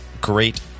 great